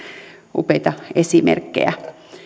upeita esimerkkejä